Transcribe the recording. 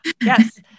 Yes